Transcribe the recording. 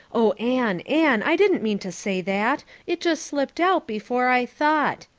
oh, anne, anne, i didn't mean to say that. it just slipped out before i thought.